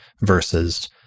versus